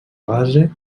base